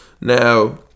Now